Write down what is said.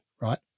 right